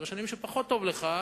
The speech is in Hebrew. אז בשנים שבהן פחות טוב לך,